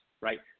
right